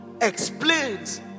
Explains